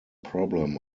problem